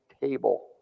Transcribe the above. table